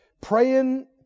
praying